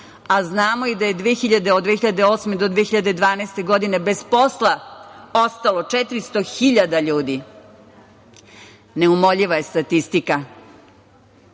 a znamo i da je od 2008. do 2012. godine bez posla ostalo 400.000 ljudi. Neumoljiva je statistika. Nažalost,